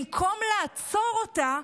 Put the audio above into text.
במקום לעצור אותה,